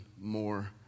more